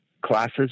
classes